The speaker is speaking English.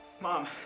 Mom